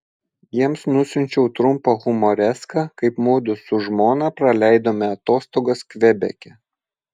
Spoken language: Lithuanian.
jiems nusiunčiau trumpą humoreską kaip mudu su žmona praleidome atostogas kvebeke